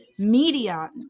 media